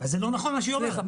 זה לא נכון מה שהיא אומרת.